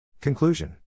Conclusion